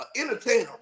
entertainer